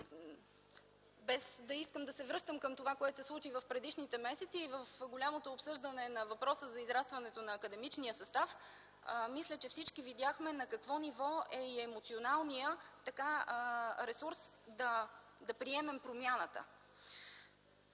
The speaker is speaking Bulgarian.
Без да искам да се връщам към това, което се случи в предишните месеци и в голямото обсъждане на въпроса за израстването на академичния състав, мисля, че всички видяхме на какво ниво е и емоционалният ресурс да приемем промяната.